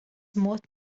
mod